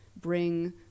bring